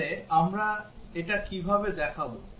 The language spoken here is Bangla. তাহলে আমরা এটা কিভাবে দেখাবো